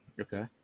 Okay